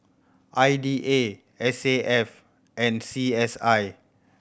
I D A S A F and C S I